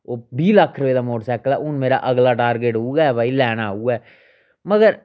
ओह् बीह् लक्ख रपेऽ दा मोटरसाइकल ऐ हून मेरा अगला टारगेट ते उ'यै भाई लैना उ'यै मगर